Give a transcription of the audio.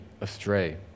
astray